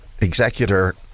executor